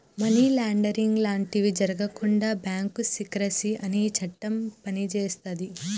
money laundering లాంటివి జరగకుండా bank secrecy అనే చట్టం పనిచేస్తది